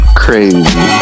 crazy